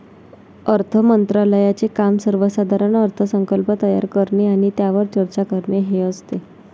अर्थ मंत्रालयाचे काम सर्वसाधारण अर्थसंकल्प तयार करणे आणि त्यावर चर्चा करणे हे असते